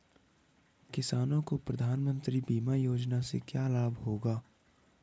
किसानों को प्रधानमंत्री बीमा योजना से क्या लाभ होगा?